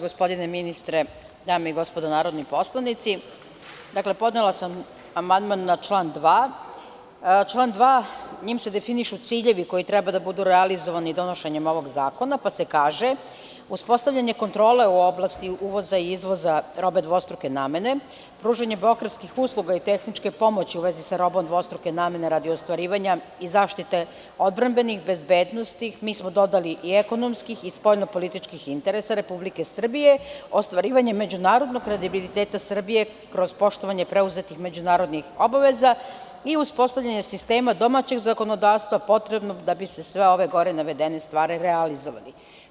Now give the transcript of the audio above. Gospodine ministre, dame i gospodo narodni poslanici, podnela sam amandman na član 2. Članom 2, njime se definišu ciljevi koji treba da budu realizovani donošenjem ovog zakona pa se kaže, uspostavljanje kontrole u oblasti uvoza i izvoza robe dvostruke namene, pružanje advokatskih usluga i tehničke pomoći u vezi sa robom dvostruke namene radi ostvarivanja i zaštite odbrambenih, bezbednosnih, mi smo dodali i ekonomskih i spoljno-političkih interesa Republike Srbije, ostvarivanje međunarodnog kredibiliteta Srbije kroz poštovanje preuzetih međunarodnih obaveza i uspostavljanje sistema domaćeg zakonodavstva potrebnog da bi se sve ove gore navedene stvari realizovale.